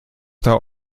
der